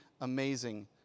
amazing